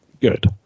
good